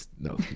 no